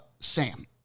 Sam